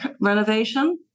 renovation